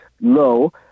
low